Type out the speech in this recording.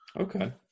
Okay